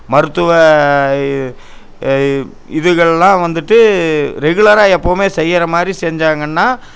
மருத்துவ இதுக்கெல்லாம் வந்துவிட்டு ரெகுலரா எப்போதுமே செய்கிற மாதிரி செஞ்சாங்கன்னா